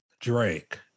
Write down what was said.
Drake